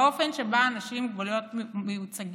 באופן שבו אנשים עם מוגבלויות מיוצגים.